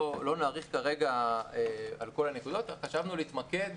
לא נאריך כרגע על כל הנקודות, חשבנו להתמקד